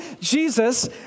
Jesus